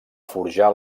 forjar